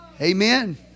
Amen